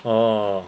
orh